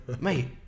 Mate